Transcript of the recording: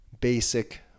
basic